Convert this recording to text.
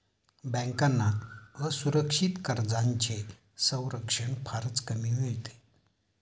बँकांना असुरक्षित कर्जांचे संरक्षण फारच कमी मिळते